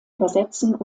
übersetzen